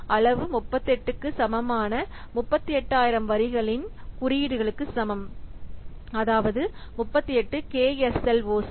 அளவு 38 சமமான 38000 வரிகளின் குறியீடுகளுக்கு சமம் அதாவது 38 K S L O C